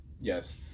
yes